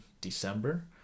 December